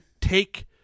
take